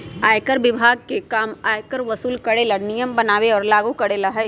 आयकर विभाग के काम आयकर वसूल करे ला नियम बनावे और लागू करेला हई